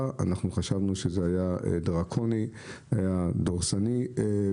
שחורה של הקראה סעיף סעיף והתקדמות.